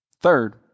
Third